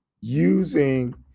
using